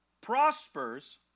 prospers